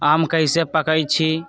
आम कईसे पकईछी?